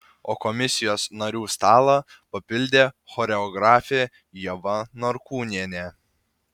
o komisijos narių stalą papildė choreografė ieva norkūnienė